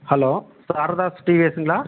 hello Saradhas டிவிஎஸ்ஸுங்களா